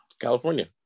california